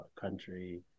country